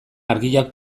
argiak